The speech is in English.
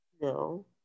No